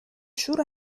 شور